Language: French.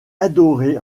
adoré